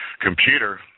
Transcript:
computer